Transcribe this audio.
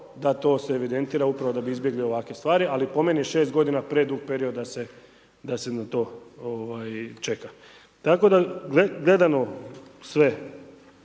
da to se evidentira upravo da bi izbjegli ovakve stvari, ali po meni je 6 godina predug period da se na to čeka. Tako da gledano sve,